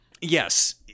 Yes